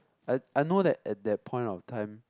I I know that at that point of time